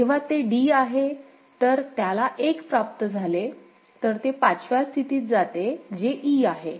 जेव्हा ते d आहे जर त्याला 1 प्राप्त झाले तर ते 5 व्या स्थितीत जाते जे e आहे